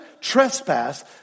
trespass